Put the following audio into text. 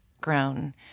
grown